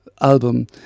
album